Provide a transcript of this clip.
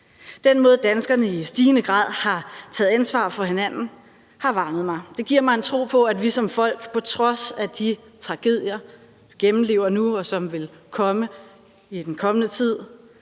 Den måde, danskerne i stigende grad har taget ansvar for hinanden, har varmet mig. Det giver mig en tro på, at vi som folk – på trods af de tragedier, vi gennemlever nu, og som vil komme i den kommende tid